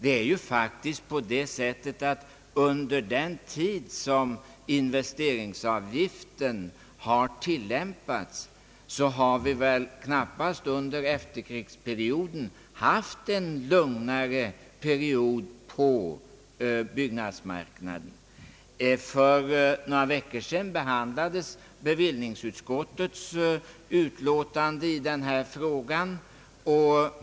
Vi har väl inte haft en lugnare period på byggnadsmarknaden efter det andra världskriget än under den tid som investeringsavgiften har tilllämpats. För några veckor sedan behandlades bevillningsutskottets utlåtande i den frågan.